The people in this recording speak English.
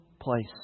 place